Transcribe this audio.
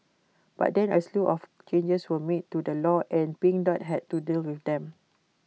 but then A slew of changes were made to the law and pink dot had to deal with them